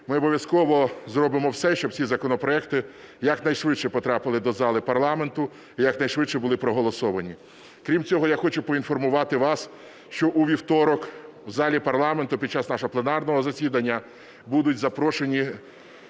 Ми обов'язково зробимо все, щоб ці законопроекти якнайшвидше потрапили до зали парламенту і якнайшвидше були проголосовані. Крім цього, я хочу поінформувати вас, що у вівторок в залі парламенту під час нашого пленарного засідання будуть запрошені